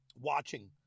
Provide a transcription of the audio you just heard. watching